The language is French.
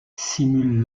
simule